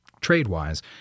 trade-wise